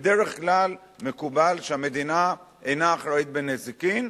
בדרך כלל מקובל שהמדינה אינה אחראית בנזיקין,